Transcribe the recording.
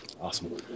Awesome